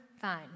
Fine